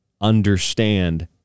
understand